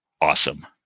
awesome